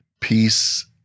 Peace